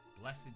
Blessed